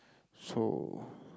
so